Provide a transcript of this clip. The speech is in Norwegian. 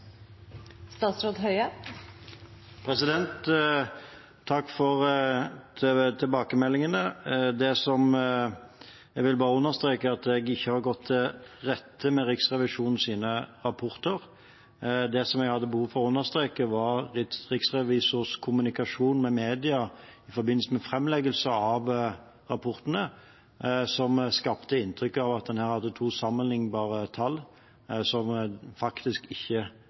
Takk for tilbakemeldingene. Jeg vil bare understreke at jeg ikke har gått i rette med Riksrevisjonens rapporter. Det jeg hadde behov for å understreke, var riksrevisorens kommunikasjon med media i forbindelse med framleggelsen av rapportene, som skapte et inntrykk av at en her hadde to sammenlignbare tall, som faktisk ikke